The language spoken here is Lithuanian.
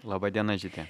laba diena žydre